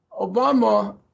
Obama